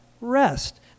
rest